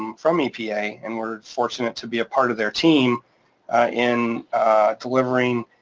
um from epa. and we're fortunate to be a part of their team in delivering,